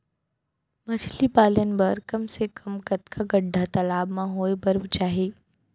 मछली पालन बर कम से कम कतका गड्डा तालाब म होये बर चाही?